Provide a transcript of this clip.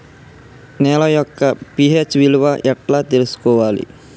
నేల యొక్క పి.హెచ్ విలువ ఎట్లా తెలుసుకోవాలి?